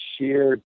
sheer